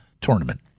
tournament